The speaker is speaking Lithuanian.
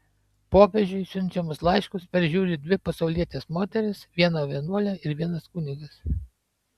popiežiui siunčiamus laiškus peržiūri dvi pasaulietės moterys viena vienuolė ir vienas kunigas